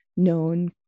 known